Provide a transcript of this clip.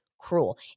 Cruel